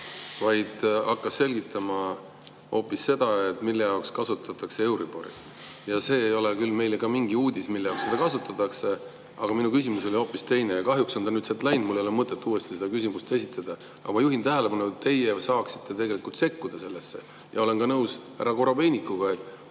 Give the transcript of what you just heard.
vaid hakkas selgitama hoopis seda, mille jaoks kasutatakse euribori. See ei ole meile mingi uudis, mille jaoks seda kasutatakse. Minu küsimus oli hoopis teine. Ja kahjuks on ta nüüd sealt läinud, mul ei ole mõtet uuesti seda küsimust esitada. Aga ma juhin tähelepanu, et teie saaksite tegelikult sekkuda sellesse. Ja olen ka nõus härra Korobeinikuga,